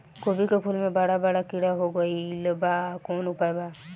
गोभी के फूल मे बड़ा बड़ा कीड़ा हो गइलबा कवन उपाय बा?